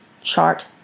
chart